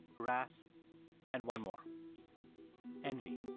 wrath and one more envy.